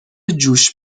جوش